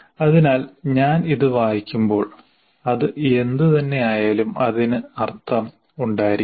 അതിനാൽ ഞാൻ ഇത് വായിക്കുമ്പോൾ അത് എന്ത് തന്നെ ആയാലും അതിന് അർഥം ഉണ്ടായിരിക്കെണം